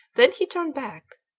then he turned back.